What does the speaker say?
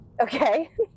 Okay